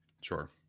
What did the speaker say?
sure